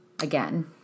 again